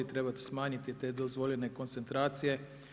Treba smanjiti te dozvoljene koncentracije.